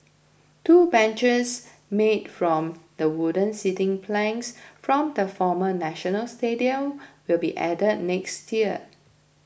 two benches made from the wooden seating planks from the former National Stadium will be added next year